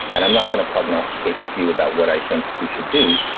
and i'm not going to prognosticate with you about what i think we should do.